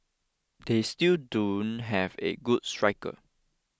they still don't have a good striker